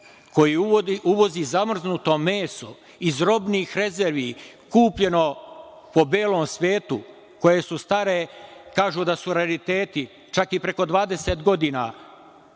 koji uvozi zamrznuto meso iz robnih rezervi, kupljeno po belom svetu, koje su stare, kažu da su rariteti, čak i preko 20 godina.